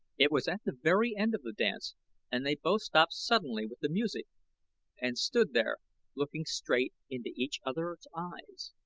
it was at the very end of the dance and they both stopped suddenly with the music and stood there looking straight into each other's eyes.